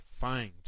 find